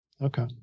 Okay